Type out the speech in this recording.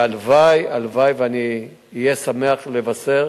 והלוואי, הלוואי, שאוכל לבשר